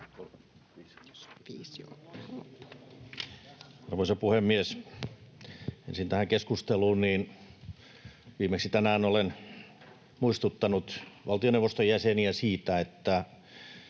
Arvoisa puhemies! Ensin tähän keskusteluun. Viimeksi tänään olen muistuttanut valtioneuvoston jäseniä siitä, että